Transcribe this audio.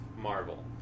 Marvel